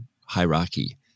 hierarchy